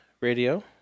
Radio